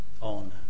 on